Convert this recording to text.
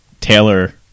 taylor